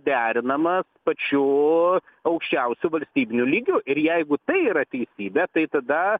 derinamas pačiu aukščiausiu valstybiniu lygiu ir jeigu tai yra teisybė tai tada